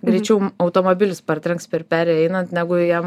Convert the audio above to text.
greičiau m automobilis partrenks per perėją einant negu jiem